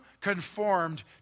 conformed